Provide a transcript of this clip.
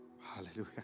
Hallelujah